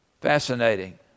Fascinating